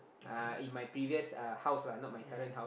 uh in my previous uh house lah not my current house